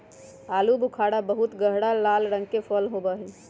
आलू बुखारा बहुत गहरा लाल रंग के फल होबा हई